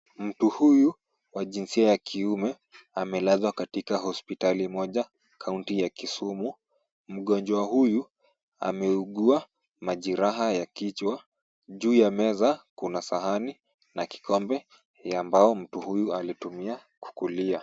Mtu huyu wa jinsia ya kiume amelazwa katika hospitali moja kaunti ya Kisumu. Mgonjwa huyu ameugua majeraha ya kichwa. Juu ya meza kuna sahani na kikombe ya mbao mtu huyu alitumia kukulia.